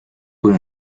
con